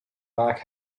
mark